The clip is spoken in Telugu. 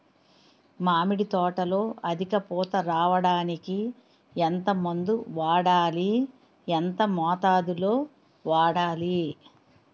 మామిడి తోటలో అధిక పూత రావడానికి ఎంత మందు వాడాలి? ఎంత మోతాదు లో వాడాలి?